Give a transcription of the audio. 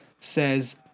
says